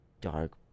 dark